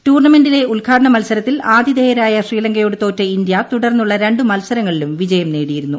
ടൂർണമെന്റിലെ ഉദ്ഘാടന മത്സരത്തിൽ ആതിഥേയരായ ശ്രീലങ്കയോട് തോറ്റ ഇന്ത്യ തുടർന്നുള്ള രണ്ടു മത്സരങ്ങളിലും വിജയം നേടിയിരുന്നു